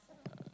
uh